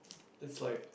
it's like